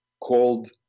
called